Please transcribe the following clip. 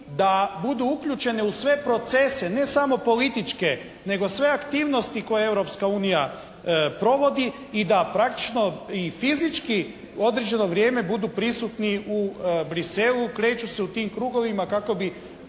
da budu uključene u sve procese, ne samo političke, nego sve aktivnosti koje Europska unija provodi i da praktično i fizički određeno vrijeme budu prisutni u Bruxellesu, kreću se u tim krugovima kako bi